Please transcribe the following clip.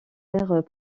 aires